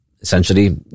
essentially